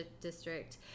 district